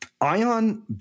Ion